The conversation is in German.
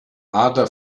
adler